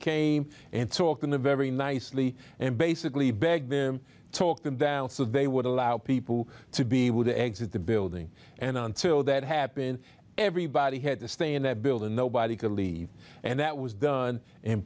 came and talked in a very nicely and basically beg them to talk them down so they would allow people to be would exit the building and until that happened everybody had to stay in that building nobody could leave and that was done in